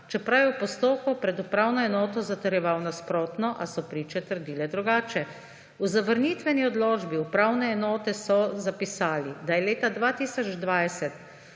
čeprav je v postopku pred upravno enoto zatrjeval nasprotno, a so priče trdile drugače. V zavrnitveni odločbi upravne enote so zapisali, da je leta 2020